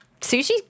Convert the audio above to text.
sushi